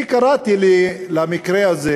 אני קראתי למקרה הזה,